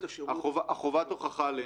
חובת ההוכחה עלינו.